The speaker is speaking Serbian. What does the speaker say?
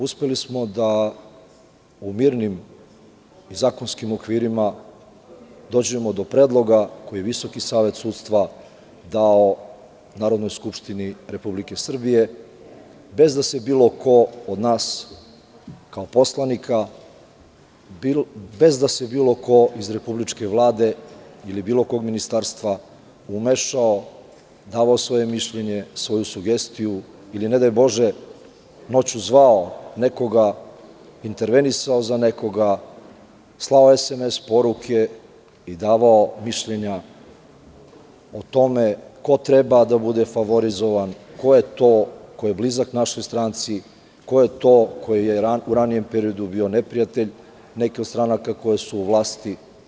Uspeli smo da u mirnim i zakonskim okvirima dođemo do predloga koji je VSS dao Narodnoj skupštini Republike Srbije bez da se bilo ko od nas kao poslanik, bez da se bilo ko iz republičke Vlade ili bilo kog ministarstva umešao, davao svoje mišljenje, davao svoju sugestiju ili ne daj Bože noću zvao nekoga i intervenisao za nekoga, slao SMS poruke i davao mišljenja o tome ko treba da bude favorizovan, ko je to ko je blizak našoj stranci, ko je to ko je u ranijem periodu bio neprijatelj nekih od stranaka koje su u vlasti.